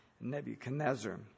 Nebuchadnezzar